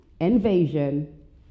Invasion